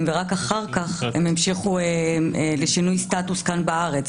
ורק אחר כך הם המשיכו לשינוי סטטוס כאן בארץ,